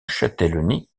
châtellenie